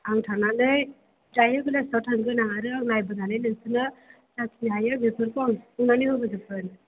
आं थांनानै दायो बेलासेयाव थांगोन आं आरो नायबोनानै नोंसोरनो जाखिनि हायो बेफोरखौ आं सफुंनानै होबोजोबगोन